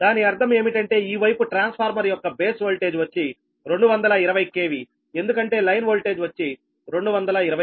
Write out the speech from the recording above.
దాని అర్థం ఏమిటంటే ఈ వైపు ట్రాన్స్ఫార్మర్ యొక్క బేస్ ఓల్టేజ్ వచ్చి 220 KV ఎందుకంటే లైన్ ఓల్టేజ్ వచ్చి 220 KV